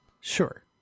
Sure